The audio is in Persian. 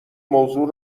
موضوع